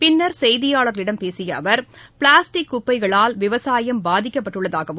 பின்னர் செய்தியாளர்களிடம் பேசிய அவர் பிளாஸ்டிக் குப்பைகளால் விவசாயம் பாதிக்கப்பட்டுள்ளதாகவும்